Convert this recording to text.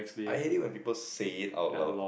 I hate it when people say it out loud